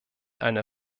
eine